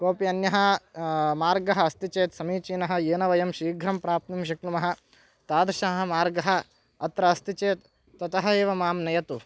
कोपि अन्यः मार्गः अस्ति चेत् समीचीनः येन वयं शीघ्रं प्राप्तुं शक्नुमः तादृशः मार्गः अत्र अस्ति चेत् ततः एव मां नयतु